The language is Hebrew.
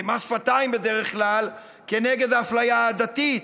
כמס שפתיים, בדרך כלל, כנגד האפליה העדתית.